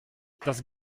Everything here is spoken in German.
das